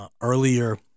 earlier